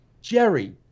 Jerry